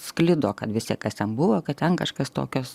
sklido kad visa kas ten buvo kad ten kažkas tokio